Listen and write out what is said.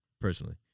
personally